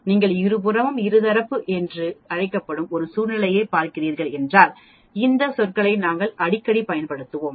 நீங்கள் இருபுறமும் இருதரப்பு என்று அழைக்கப்படும் ஒரு சூழ்நிலையைப் பார்க்கிறீர்கள் என்றால் இந்த சொற்களை நாங்கள் அடிக்கடி பயன்படுத்துவோம்